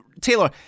Taylor